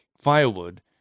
firewood